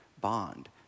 bond